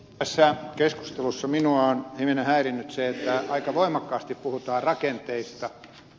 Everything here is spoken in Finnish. tässä keskustelussa minua on hivenen häirinnyt se että aika voimakkaasti puhutaan rakenteista